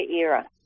era